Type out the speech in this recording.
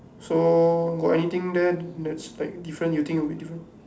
so got anything there that's like different you think would be different